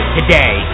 Today